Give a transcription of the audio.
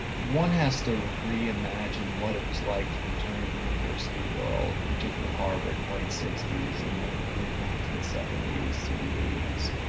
one has to reimagine what it was like to return to the university world, particularly harvard in the late sixties, in and the mid nineteen seventy s through the eighties.